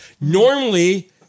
normally